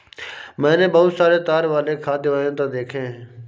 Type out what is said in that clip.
मैंने बहुत सारे तार वाले वाद्य यंत्र देखे हैं